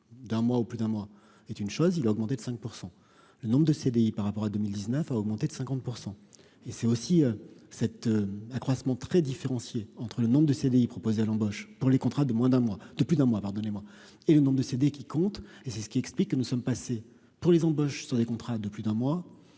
d'un mois ou plus d'un mois, est une chose, il a augmenté de 5 % le nombre de CDI par rapport à 2019 a augmenté de 50 % et c'est aussi cet accroissement très différenciées entre le nombre de CDI proposés à l'embauche pour les contrats de moins d'un mois de plus d'un mois, pardonnez-moi, et le nombre de CD qui compte et c'est ce qui explique que nous sommes passés pour les embauches sont des contrats de plus d'un mois